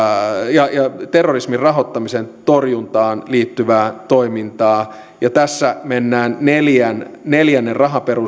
ja terrorismin rahoittamisen torjuntaan liittyvää toimintaa tässä mennään neljännen neljännen